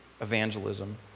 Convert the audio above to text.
evangelism